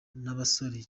n’abasore